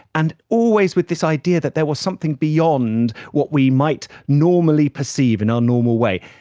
and always with this idea that there was something beyond what we might normally perceive in our normal way.